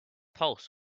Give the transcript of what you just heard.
pulse